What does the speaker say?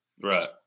Right